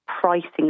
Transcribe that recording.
pricing